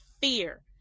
fear